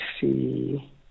see